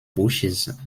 bushes